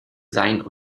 seien